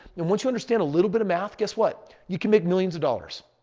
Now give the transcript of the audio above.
and once you understand a little bit of math, guess what? you can make millions of dollars.